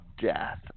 death